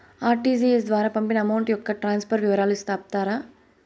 RTGS ద్వారా పంపిన amount యొక్క ట్రాన్స్ఫర్ వివరాలు సెప్తారా